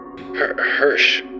Hirsch